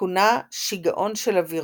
כונה "שיגעון של אווירון",